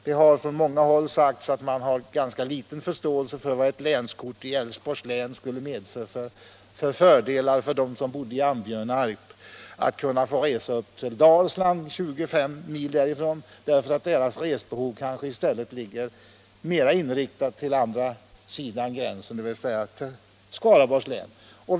Det har från många håll sagts att man har ganska liten förståelse för vad ett länskort i Älvsborgs län skulle medföra för fördelar för dem som bor i Ambjörnarp. De kan få resa upp till Dalsland 25 mil därifrån, medan deras resbehov kanske är mera inriktat på andra sidan gränsen, dvs. Skaraborgs län.